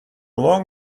long